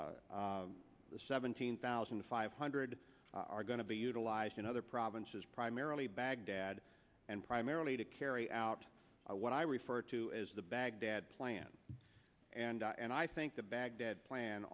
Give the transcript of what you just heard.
the seventeen thousand five hundred are going to be utilized in other provinces primarily baghdad and primarily to carry out what i refer to as the baghdad plan and i think the baghdad plan